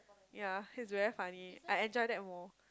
ya he's very funny I enjoy that more